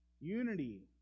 Unity